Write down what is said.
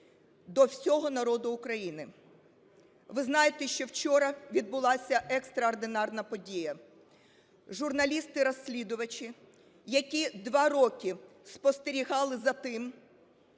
до всього народу України. Ви знаєте, що вчора відбулася екстраординарна подія. Журналісти-розслідувачі, які 2 роки спостерігали за тим,